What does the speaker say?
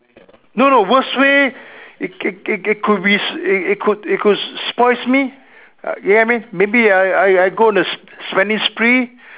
no no worst way it it it it could be it could it could spoils me get what I mean maybe I I I go on a spending spree